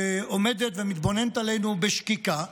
שעומדת ומתבוננת עלינו בשקיקה,